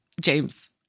James